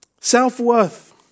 self-worth